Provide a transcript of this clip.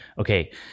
okay